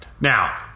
Now